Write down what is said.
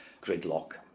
gridlock